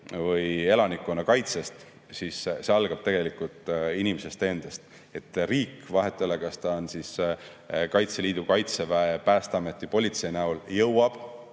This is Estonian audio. või elanikkonna kaitsest, siis see algab tegelikult inimesest endast. Riik, vahet ei ole, kas ta on Kaitseliidu, Kaitseväe, Päästeameti, politsei näol, jõuab